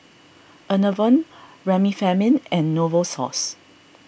Enervon Remifemin and Novosource